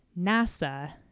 NASA